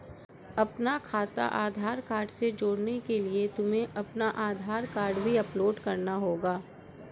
अपना खाता आधार कार्ड से जोड़ने के लिए तुम्हें अपना आधार कार्ड भी अपलोड करना होगा